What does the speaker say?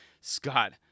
Scott